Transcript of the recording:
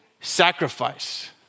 sacrifice